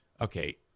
Okay